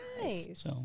Nice